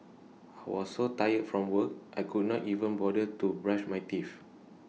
was so tired from work I could not even bother to brush my teeth